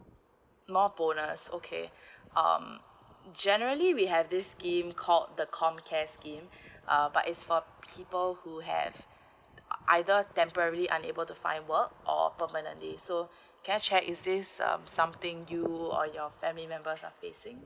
more bonus okay um generally we have this scheme called the com care scheme err but it's for people who have ah either temporary unable to find work or permanently so can I check is this um something you or your family members are facing